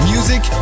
Music